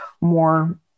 more